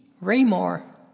Raymore